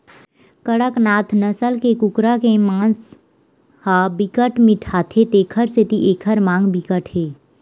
कड़कनाथ नसल के कुकरा के मांस ह बिकट मिठाथे तेखर सेती एखर मांग बिकट हे